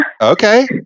Okay